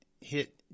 hit